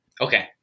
Okay